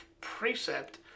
precept